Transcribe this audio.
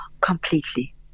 Completely